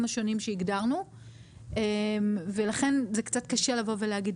השונים שהגדרנו ולכן זה קצת קשה לבוא ולהגיד,